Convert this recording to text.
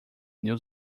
new